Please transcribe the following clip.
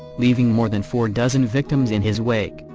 leaving more than four dozen victims in his wake,